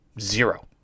zero